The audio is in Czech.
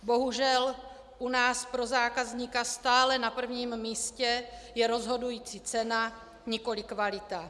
Bohužel u nás pro zákazníka stále na prvním místě je rozhodující cena, nikoliv kvalita.